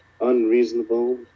unreasonable